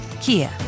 Kia